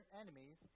enemies